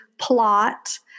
plot